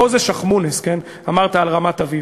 "פה זה שיח'-מוניס", אמרת על רמת-אביב.